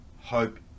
hope